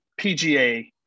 PGA